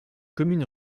commune